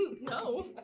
No